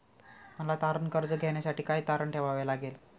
मला तारण कर्ज घेण्यासाठी काय तारण ठेवावे लागेल?